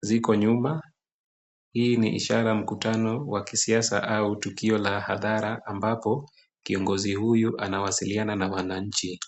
ziko nyuma, hii ni ishara ya mkutano wa kisiasa au tukio la hadhara ambapo kiongozi huyu anawasiliana na wananchi.